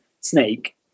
Snake